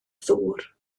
ddŵr